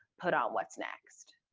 put on what's next.